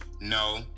no